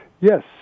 Yes